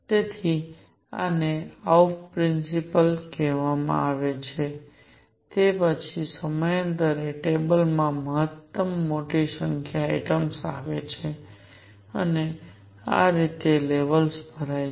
તેથી આને અફાઉ પ્રિન્સિપલ તરીકે ઓળખવામાં આવે છે તે પછી સમયાંતરે ટેબલ માં મહત્તમ મોટી સંખ્યામાં એટમ્સ આવે છે અને આ રીતે લેવલ્સ ભરાય છે